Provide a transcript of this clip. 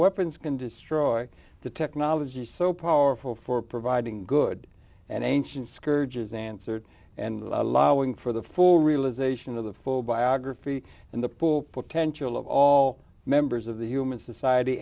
weapons can destroy the technology so powerful for providing good and ancient scourges answered and allowing for the full realization of the full biography and the poor potential of all members of the human society